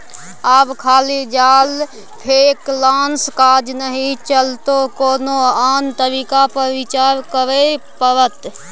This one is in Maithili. आब खाली जाल फेकलासँ काज नहि चलतौ कोनो आन तरीका पर विचार करय पड़त